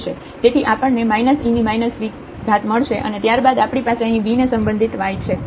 તેથી આપણને મળશે અને ત્યારબાદ આપણી પાસે અહીં v ને સંબંધિત y છે